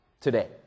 today